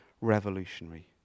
revolutionary